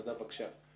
נדב, בבקשה.